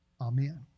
Amen